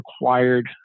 required